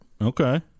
Okay